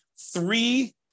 three